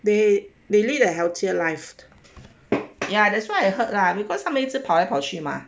they they lead a healthier life ya that's what I heard also because 他们一直跑来跑去吗